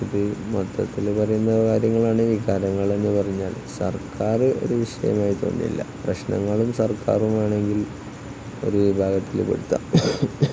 ഇത് മൊത്തത്തില് പറയുന്ന കാര്യങ്ങളാണ് വികാരങ്ങളെന്ന് പറഞ്ഞാൽ സർക്കാര് ഒരു വിഷയമായി തോന്നുന്നില്ല പ്രശ്നങ്ങളും സർക്കാറും വേണമെങ്കിൽ ഒരു വിഭാഗത്തില്പ്പെടുത്താം